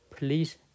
please